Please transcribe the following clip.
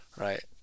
right